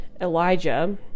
elijah